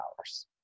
hours